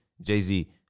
Jay-Z